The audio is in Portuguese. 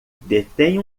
detém